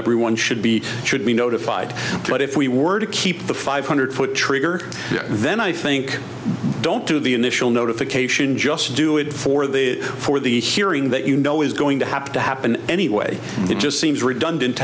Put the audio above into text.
everyone should be should be notified but if we were to keep the five hundred foot trigger then i think don't do the initial notification just do it for the for the hearing that you know is going to have to happen anyway it just seems redundant